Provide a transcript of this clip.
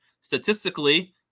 statistically